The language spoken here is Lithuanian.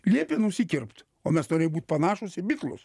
liepė nusikirpt o mes norėjom būt panašūs į bitlus